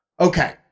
okay